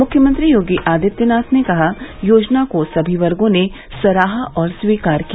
मुख्यमंत्री योगी आदित्यनाथ ने कहा योजना को सभी वर्गो ने सराहा और स्वीकार किया